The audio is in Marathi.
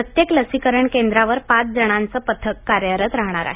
प्रत्येक लसीकरण केंद्रावर पाच जणांचं पथक कार्यरत राहणार आहे